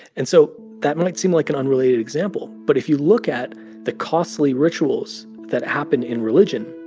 and so that might seem like an unrelated example, but if you look at the costly rituals that happen in religion,